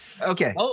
okay